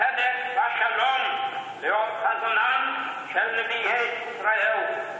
הצדק והשלום לאור חזונם של נביאי ישראל,